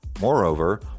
Moreover